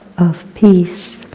of peace,